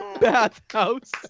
Bathhouse